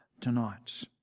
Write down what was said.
tonight